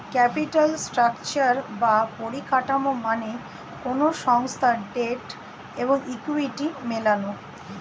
capital structure বা পরিকাঠামো মানে কোনো সংস্থার ডেট এবং ইকুইটি মেলানো